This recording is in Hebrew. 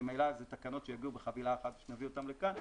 ממילא אלה תקנות שיגיעו בחבילה אחת עת נביא אותן לכאן.